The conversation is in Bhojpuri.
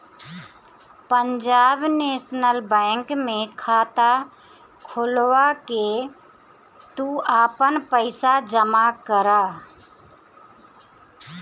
पंजाब नेशनल बैंक में खाता खोलवा के तू आपन पईसा जमा करअ